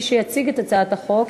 מי שיציג את הצעת החוק,